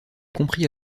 compris